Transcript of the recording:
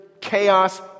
chaos